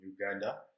Uganda